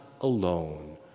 alone